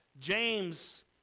James